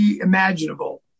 imaginable